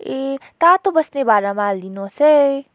ए तातो बस्ने भाँडामा हालिदिनुहोस् है